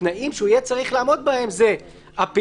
התנאים שהוא יהיה צריך לעמוד בהם זה הפעילות